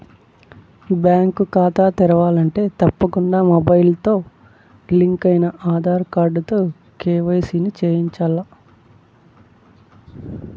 bank కాతా తెరవాలంటే తప్పకుండా మొబయిల్తో లింకయిన ఆదార్ కార్డుతో కేవైసీని చేయించాల్ల